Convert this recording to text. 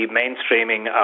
mainstreaming